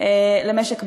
למשק בית.